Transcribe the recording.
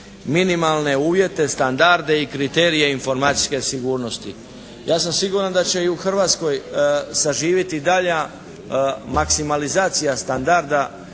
minimalne uvjete, standarde i kriterije informacijske sigurnosti. Ja sam siguran da će i u Hrvatskoj saživjeti dalja maksimalizacija standarda